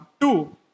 Two